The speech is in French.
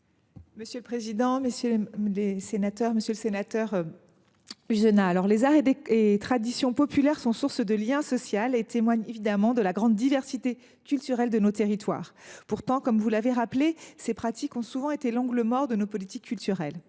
Mme la ministre. Monsieur le sénateur Uzenat, les arts et traditions populaires sont source de lien social ; ils témoignent de la grande diversité culturelle de nos territoires. Pourtant, comme vous l’avez rappelé, ces pratiques ont souvent été l’angle mort de nos politiques culturelles.